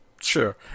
sure